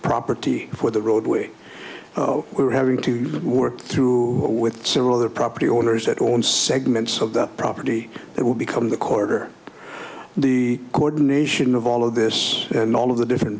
property for the roadway we're having to work through with several other property owners that own segments of the property that will become the corridor the coordination of all of this and all of the different